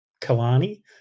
Kalani